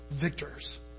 Victors